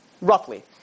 roughly